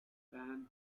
band